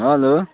hello